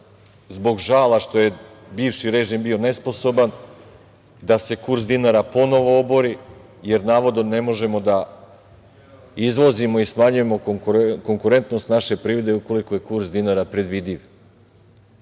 zbog žala što je bivši režim bio nesposoban, da se kurs dinara ponovo obori, jer navodno ne možemo da izvozimo i smanjujemo konkurentnost naše privrede ukoliko je kurs dinara predvidiv. Dokazali